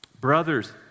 Brothers